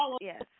Yes